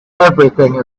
everything